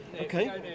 Okay